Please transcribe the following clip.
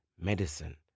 medicine